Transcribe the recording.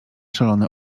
szalone